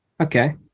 Okay